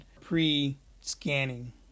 pre-scanning